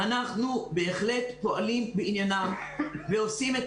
אנחנו בהחלט פועלים בעניינם ועושים את